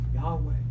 Yahweh